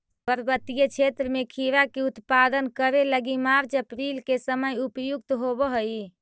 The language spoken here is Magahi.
पर्वतीय क्षेत्र में खीरा के उत्पादन करे लगी मार्च अप्रैल के समय उपयुक्त होवऽ हई